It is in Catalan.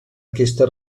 aquesta